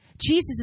Jesus